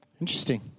Interesting